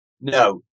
No